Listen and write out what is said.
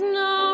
no